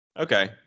Okay